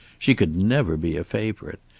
she could never be a favourite,